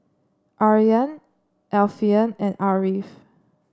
Aryan Alfian and Ariff